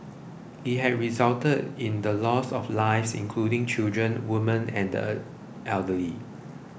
it has resulted in the loss of lives including children women and the elderly